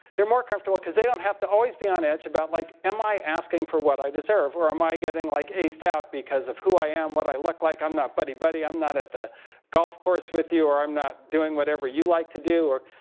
they're more comfortable because they don't always have to be on edge about like am i asking for what i deserve? or am i getting like aced out because of who i am, what i look like, i'm not buddy buddy, i'm not at the golf course with you. or i'm not doing whatever you like to do. or,